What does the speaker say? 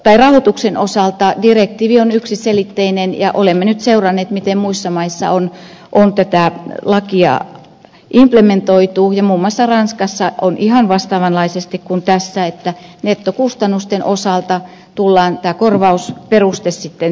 rahoituksen osalta direktiivi on yksiselitteinen ja olemme nyt seuranneet miten muissa maissa on tätä lakia implementoitu ja muun muassa ranskassa on ihan vastaavanlaisesti kuin tässä että nettokustannusten osalta tullaan tämä korvausperuste säätämään